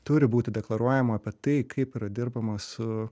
turi būti deklaruojama apie tai kaip yra dirbama su